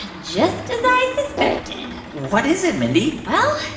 ah just as i suspected what is it, mindy? well,